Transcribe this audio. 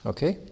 Okay